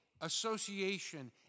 association